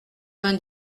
vingt